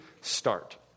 start